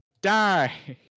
die